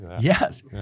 Yes